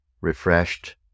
refreshed